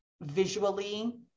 visually